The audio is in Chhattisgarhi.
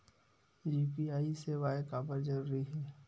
यू.पी.आई सेवाएं काबर जरूरी हे?